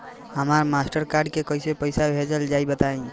हमरा mastercard से कइसे पईसा भेजल जाई बताई?